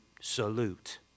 salute